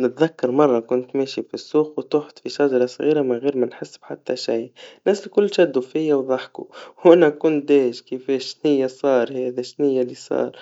نتذكر مرا كنت ماشي في السوق وطحت في شجرا صغيرا من غيير ما نحس بحتى شي, الناس الكل شاهدوا فيا وضحكوا, هنا كنت دايج كيفاش هنيا صار هذا, شنيا اللي صار,